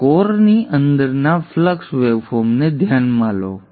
હવે કોરની અંદરના ફ્લક્સ વેવફોર્મને ધ્યાનમાં લો